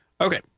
Okay